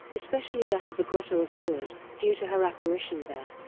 especially that of the grotto of lourdes, due to her apparition there.